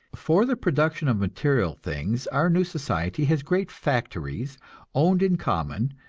for the production of material things our new society has great factories owned in common,